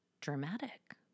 dramatic